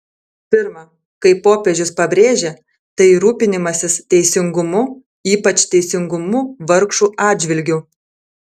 pirma kaip popiežius pabrėžė tai rūpinimasis teisingumu ypač teisingumu vargšų atžvilgiu